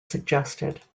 suggested